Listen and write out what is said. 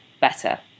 better